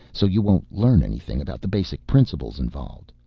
so you won't learn anything about the basic principles involved.